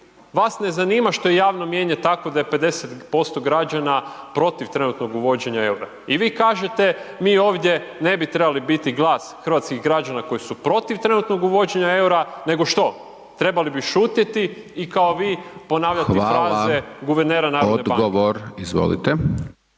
Vas ne zanima što je javno mijenje takvo da je 50% građana protiv trenutnog uvođenja eura. I vi kažete, mi ovdje ne bi trebali biti glas hrvatskih građana koji su protiv trenutnog uvođenja eura nego što? Trebali bi šutjeti i kao vi ponavljati fraze guvernera Narodne banke. **Hajdaš Dončić,